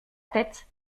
tête